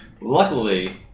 Luckily